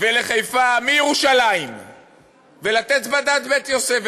ולחיפה מירושלים ולתת בד"ץ בית-יוסף?